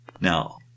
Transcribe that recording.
Now